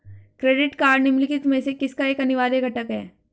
Credit card निम्नलिखित में से किसका एक अनिवार्य घटक है?